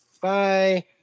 Bye